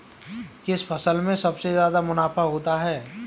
किस फसल में सबसे जादा मुनाफा होता है?